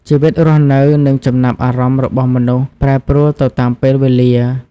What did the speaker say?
ជីវិតរស់នៅ និងចំណាប់អារម្មណ៍របស់មនុស្សប្រែប្រួលទៅតាមពេលវេលា។